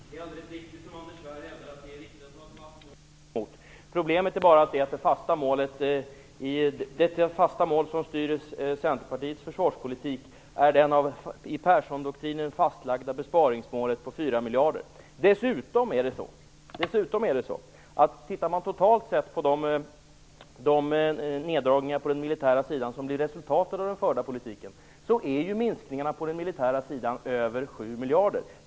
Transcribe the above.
Herr talman! Det är alldeles riktigt som Anders Svärd hävdar att det är viktigt att ha ett fast mål. Problemet är bara att det fasta mål som styr Centerpartiets försvarspolitik är det i Perssondoktrinen fastlagda besparingsmålet på 4 miljarder. Tittar man dessutom totalt på de neddragningar på den militära sidan som blir resultatet av den förda politiken finner man att minskningarna på den militära sidan är på över 7 miljarder.